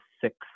six